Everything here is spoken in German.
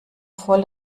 voll